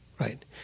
right